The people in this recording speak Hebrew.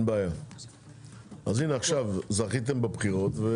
הנה, עכשיו זכיתם בבחירות.